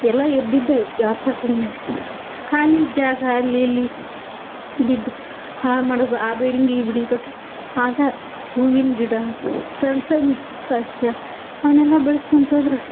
ಎಲ್ಲಾ ಇದ್ದಿದ್ದು ವ್ಯಾಪಾರದ ಮೇಲೆ ಖಾಲಿ ಜಾಗ ಅಲ್ಲಿ ಇಲ್ಲಿ ಬಿದ್ದು ಹಾಳು ಮಾಡೋ ಬ ಆ ಬೀಡಿಂಗ್ ಈ ಬೀಡಿಂಗ್ ಕಟ್ಟೊ ಬದ್ಲು ಆದ ಹೂವಿನ ಗಿಡ ಸಣ್ಣ ಸಣ್ಣ ಸಸ್ಯ ಅವ್ನೆಲ್ಲ ಬೆಳ್ಸ್ಕೊತಾ ಹೋದ್ರ್